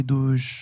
Dos